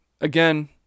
again